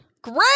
Great